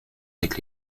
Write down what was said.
avec